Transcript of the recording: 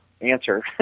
answer